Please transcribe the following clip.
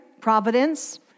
providence